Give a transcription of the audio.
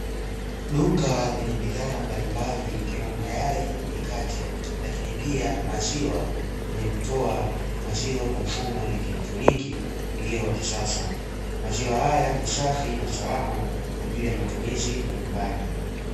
Duka lenye bidhaa mbalimbali ikiwemo mayai, mikate lakini pia maziwa yenye kutoa maziwa kwa mfumo wa kielektroniki uliyo wa kisasa. Maziwa haya ni safi na salama kwa ajili ya matumizi mbalimbali.